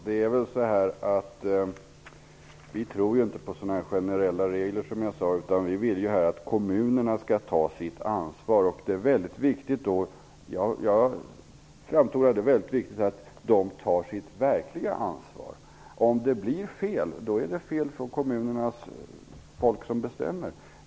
Fru talman! Vi tror, som jag sade, Jan Jennehag, inte på sådana här generella regler, utan vi vill att kommunerna skall ta sitt verkliga ansvar. Om det blir fel, är det fel på dem som bestämmer i kommunerna.